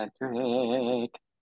electric